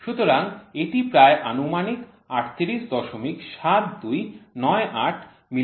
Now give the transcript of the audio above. সুতরাং এটি প্রায় আনুমানিক ৩৮৭২৯৮ মিলিমিটারের সমান